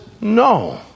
no